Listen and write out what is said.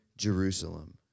Jerusalem